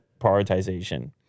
prioritization